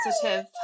positive